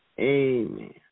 Amen